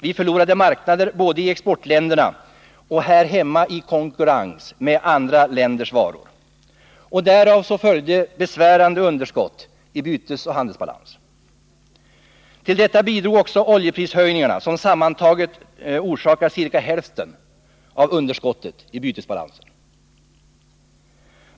Vi förlorade marknader både i exportländerna och här hemma i konkurrens med andra länders varor. Därav följde besvärande underskott i bytesoch handelsbalans. Till detta bidrog oljeprishöjningarna, som sammantaget orsakat ca hälften av underskottet i bytesbalansen.